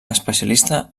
especialista